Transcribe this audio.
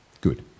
good